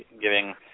giving